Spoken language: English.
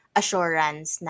assurance